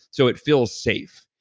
so it feels safe.